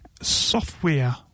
software